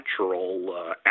natural